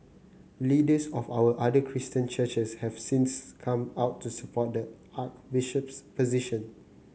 leaders of our other Christian churches have since come out to support the Archbishop's position